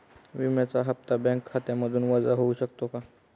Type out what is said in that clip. विम्याचा हप्ता बँक खात्यामधून वजा होऊ शकतो का?